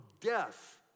death